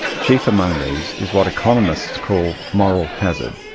chief among these is what economists call moral hazard,